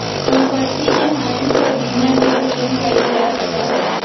सम्पत्ति के हानि पर बीमा के क्लेम कइल जा सका हई